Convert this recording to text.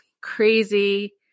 crazy